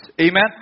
Amen